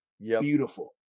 beautiful